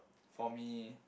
for me